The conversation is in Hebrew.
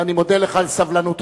ואני מודה לך על סבלנותך,